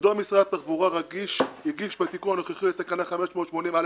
מדוע משרד התחבורה הגיש בתיקון הנוכחי את תקנה 580א3,